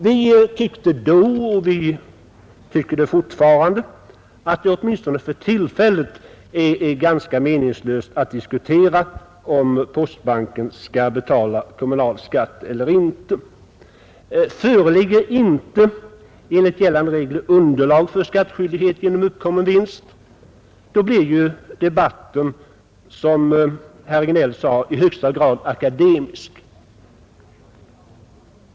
Vi tyckte då — och tycker det fortfarande — att det åtminstone för tillfället är ganska meningslöst att diskutera om postbanken skall betala kommunal skatt eller inte. Föreligger inte enligt gällande regler underlag för skattskyldighet för uppkommen vinst, då blir ju — som herr Regnéll sade — debatten i högsta grad akademisk.